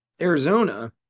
Arizona